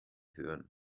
hören